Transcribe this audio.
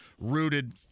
rooted